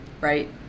Right